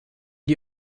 die